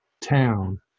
town